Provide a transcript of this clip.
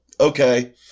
Okay